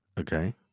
Okay